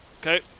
Okay